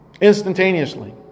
Instantaneously